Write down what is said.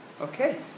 Okay